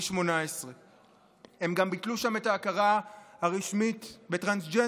18. הם גם ביטלו שם את ההכרה הרשמית בטרנסג'נדרים.